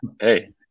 Hey